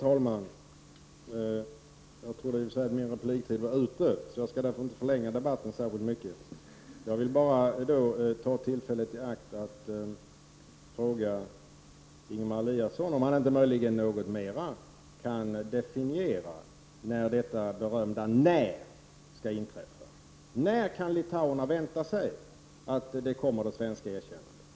Herr talman! Jag skall inte förlänga debatten särskilt mycket. Jag vill bara ta tillfället i akt att fråga Ingemar Eliasson om han inte möjligen något mer kan precisera när detta berömda när skall inträffa. När kan litauerna vänta sig att det svenska erkännandet kommer?